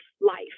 life